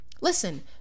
Listen